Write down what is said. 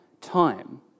time